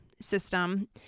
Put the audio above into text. system-